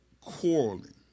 quarreling